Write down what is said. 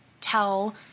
tell